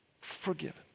forgiven